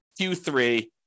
Q3